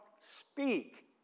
speak